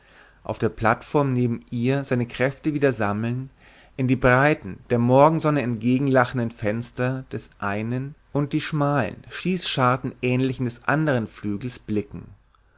auf der plattform neben ihr seine kräfte wieder sammeln in die breiten der morgensonne entgegenlachenden fenster des einen und die schmalen schießscharten ähnlichen des andern flügels blicken